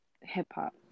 hip-hop